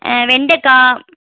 வெண்டைக்கா